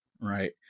right